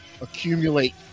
accumulate